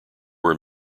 were